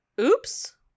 Oops